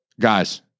Guys